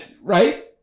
Right